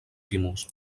timus